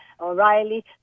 O'Reilly